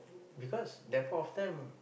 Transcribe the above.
because that point of time